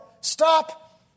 stop